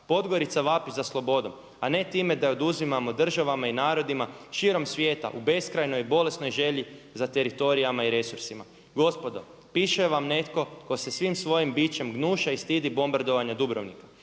Podgorica vapi za slobodom, a ne time da oduzimamo državama i narodima širom svijeta u beskrajnoj bolesnoj želji za teritorijama i resursima. Gospodo piše vam netko tko se svim svojim bićem gnuša i stidi bombardovanja Dubrovnika,